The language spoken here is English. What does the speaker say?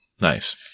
Nice